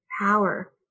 power